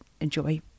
enjoy